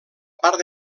part